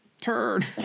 Turn